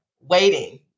waiting